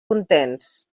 contents